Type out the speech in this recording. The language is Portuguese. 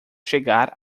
chegar